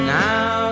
now